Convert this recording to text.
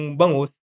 bangus